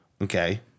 Okay